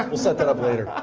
um we'll set that up later.